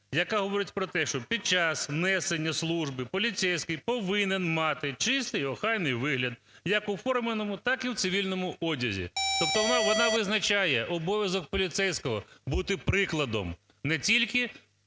яка говорить про те, що під час несення служби поліцейський повинен мати чистий охайний вигляд як у форменому, так і в цивільному одязі. Тобто вона визначає обов'язок поліцейського бути прикладом не тільки у